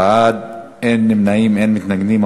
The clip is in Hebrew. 11 בעד, אין נמנעים, אין מתנגדים.